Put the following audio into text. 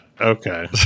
okay